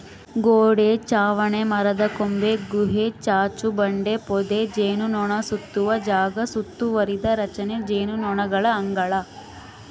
ಗೋಡೆ ಚಾವಣಿ ಮರದಕೊಂಬೆ ಗುಹೆ ಚಾಚುಬಂಡೆ ಪೊದೆ ಜೇನುನೊಣಸುತ್ತುವ ಜಾಗ ಸುತ್ತುವರಿದ ರಚನೆ ಜೇನುನೊಣಗಳ ಅಂಗಳ